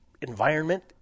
environment